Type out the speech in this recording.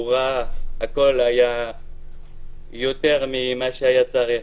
הוא ראה, הכול היה יותר ממה שצריך.